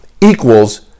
equals